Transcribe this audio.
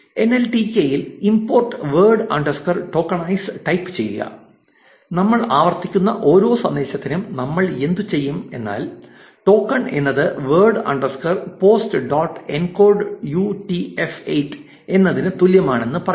NLTK യിൽ import word underscore tokenize type ചെയ്യുക നമ്മൾ ആവർത്തിക്കുന്ന ഓരോ സന്ദേശത്തിനും നമ്മൾ എന്തുചെയ്യും എന്നാൽ 'ടോക്കൺ എന്നത് word underscore post dot encode U T F 8 എന്നതിന് തുല്യമാണ് എന്ന് പറയും